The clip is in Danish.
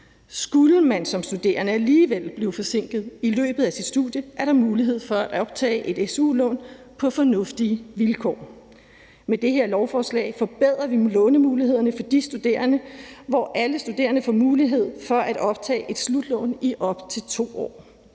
Skulle man som studerende alligevel blive forsinket i løbet af sit studie, er der mulighed for at optage et su-lån på fornuftige vilkår. Med det her lovforslag forbedrer vi nu målemulighederne for de studerende, hvor alle studerende får mulighed for at optage et slutlån i op til 2 år.